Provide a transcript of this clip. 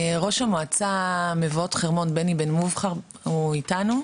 ראש מועצת מבואות חרמון, בני בן מובחר, בבקשה.